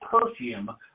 perfume